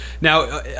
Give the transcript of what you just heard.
Now